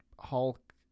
Hulk